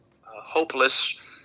hopeless